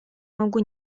могу